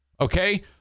okay